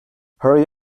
hurry